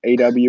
AW